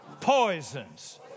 poisons